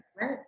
right